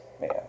man